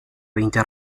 veinte